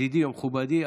ידידי ומכובדי,